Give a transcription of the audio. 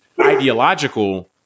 ideological